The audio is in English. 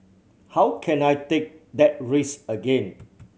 how can I take that risk again